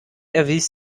erwies